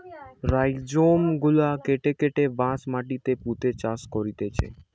rhizome গুলা কেটে কেটে বাঁশ মাটিতে পুঁতে চাষ করতিছে